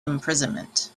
imprisonment